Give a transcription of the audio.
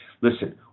listen